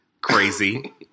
Crazy